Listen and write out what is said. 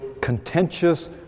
contentious